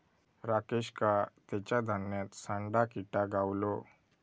राकेशका तेच्या धान्यात सांडा किटा गावलो